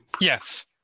Yes